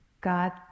God